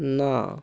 না